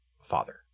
father